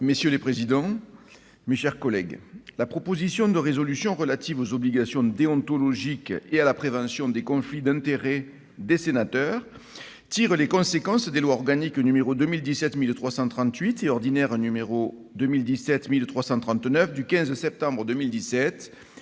Messieurs les présidents, mes chers collègues, la proposition de résolution relative aux obligations déontologiques et à la prévention des conflits d'intérêts des sénateurs tire les conséquences des lois organique n° 2017-1338 et ordinaire n° 2017-1339 du 15 septembre 2017